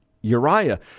Uriah